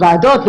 לוועדות,